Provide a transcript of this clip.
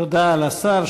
תודה לשר.